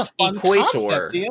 equator